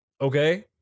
Okay